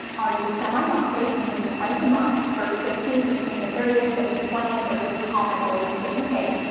are you semi-monthly? meaning twice a month first, fifteenth, fifteenth and thirtieth, fifth and twentieth those are the common way of getting paid,